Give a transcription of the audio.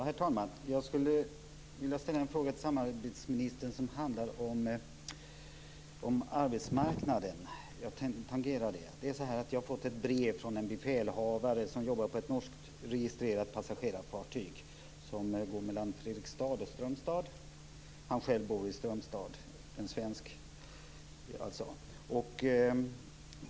Herr talman! Jag skulle vilja ställa en fråga till samarbetsministern om arbetsmarknaden. Jag har fått ett brev från en befälhavare som jobbar på ett norskregistrerat passagerarfartyg som går mellan Fredrikstad och Strömstad. Han bor själv i Strömstad och är alltså svensk.